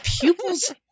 pupils